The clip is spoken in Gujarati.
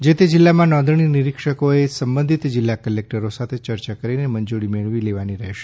જે તે જિલ્લામાં નોંધણી નિરીક્ષકોએ સંબંધિત જિલ્લા કલેક્ટરો સાથે ચર્ચા કરીને મંજૂરી મેળવી લેવાની રહેશે